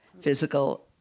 physical